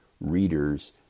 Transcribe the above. readers